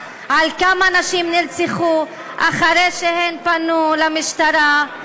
על כמה נשים נרצחו אחרי שהן פנו למשטרה,